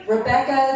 Rebecca